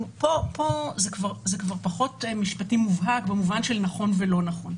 זה פחות משפטי מובהק במובן של נכון ולא נכון.